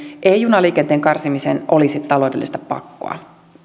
ei junaliikenteen karsimiseen olisi taloudellista pakkoa